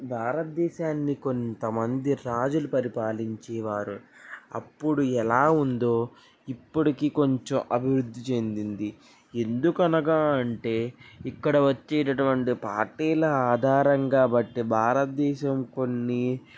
భారతదేశాన్ని కొంత మంది రాజులు పరిపాలించేవారు అప్పుడు ఎలా ఉందో ఇప్పటికీ కొంచెం అభివృద్ధి చెందింది ఎందుకనగా అంటే ఇక్కడ వచ్చేటి అటువంటి పార్టీల ఆధారంగా బట్టి భారతదేశం కొన్ని